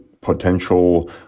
potential